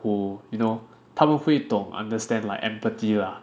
who you know 他们会懂 understand like empathy lah